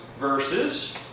verses